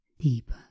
deeper